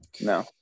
No